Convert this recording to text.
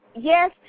yes